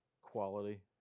quality